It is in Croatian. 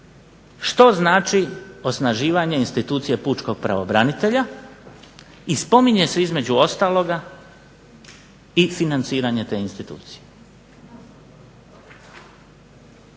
što znači osnaživanje institucije pučkog pravobranitelja i spominje se između ostalog i financiranje te institucije.